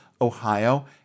Ohio